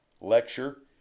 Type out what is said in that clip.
lecture